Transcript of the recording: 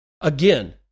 Again